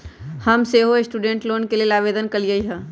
हम सेहो student loan के लेल आवेदन कलियइ ह